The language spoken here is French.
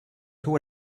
tôt